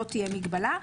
לא תהיה מגבלה.